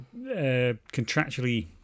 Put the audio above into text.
contractually